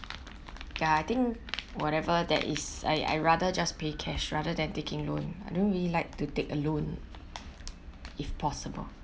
ya I think whatever that is I I rather just pay cash rather than taking loan I don't really like to take a loan if possible